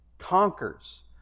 conquers